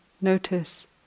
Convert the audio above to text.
notice